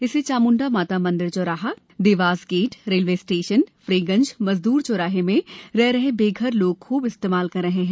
इसे चाम्ण्डा माता मंदिर चौराहा Dewas gate railway station Freeganj मजदूर चौराहा में रह रहे बेघर लोग खूब इसे इस्तेमाल कर रहे हैं